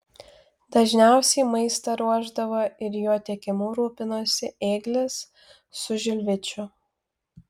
dažniausiai maistą ruošdavo ir jo tiekimu rūpinosi ėglis su žilvičiu